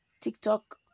tiktok